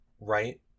Right